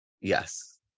Yes